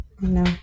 no